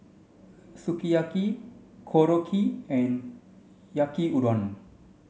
Sukiyaki Korokke and Yaki Udon